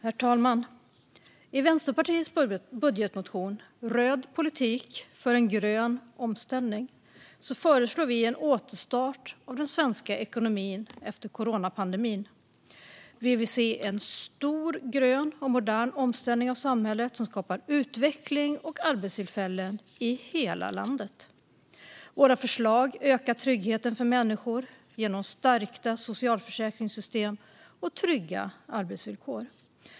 Herr talman! I Vänsterpartiets budgetmotion, Röd politik för en grön omställning , föreslår vi en återstart av den svenska ekonomin efter coronapandemin. Vi vill se en stor grön och modern omställning av samhället som skapar utveckling och arbetstillfällen i hela landet. Våra förslag ökar tryggheten för människor genom stärkta socialförsäkringssystem och trygga arbetsvillkor.